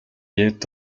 est